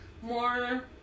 more